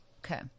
Okay